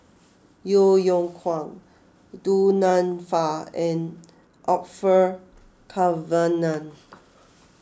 Yeo Yeow Kwang Du Nanfa and Orfeur Cavenagh